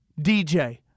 DJ